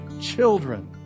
children